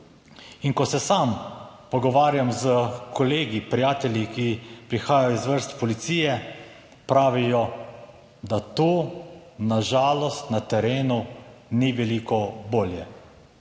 In ko se sam pogovarjam s kolegi, prijatelji, ki prihajajo iz vrst policije, pravijo, da to na žalost na terenu ni veliko bolje.